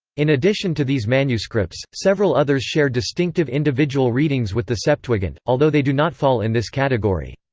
in addition to these manuscripts, several others share distinctive individual readings with the septuagint, although they do not fall in this category.